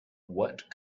what